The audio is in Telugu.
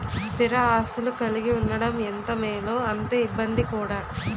స్థిర ఆస్తులు కలిగి ఉండడం ఎంత మేలో అంతే ఇబ్బంది కూడా